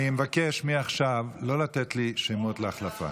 אני מבקש מעכשיו לא לתת לי שמות להחלפה,